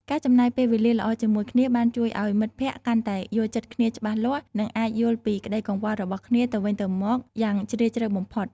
ការចំណាយពេលវេលាល្អជាមួយគ្នាបានជួយឱ្យមិត្តភក្តិកាន់តែយល់ចិត្តគ្នាច្បាស់លាស់និងអាចយល់ពីក្តីកង្វល់របស់គ្នាទៅវិញទៅមកយ៉ាងជ្រាលជ្រៅបំផុត។